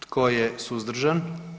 Tko je suzdržan?